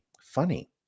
funny